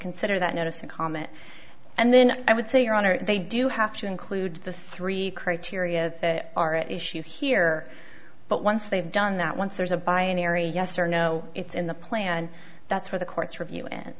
consider that notice and comment and then i would say your honor they do have to include the three criteria that are at issue here but once they've done that once there's a by an area yes or no it's in the plan and that's where the court's review end